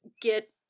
get